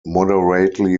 moderately